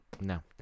No